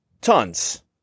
Tons